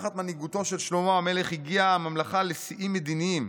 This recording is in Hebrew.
"תחת מנהיגותו של שלמה המלך הגיעה הממלכה לשיאים מדיניים.